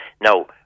Now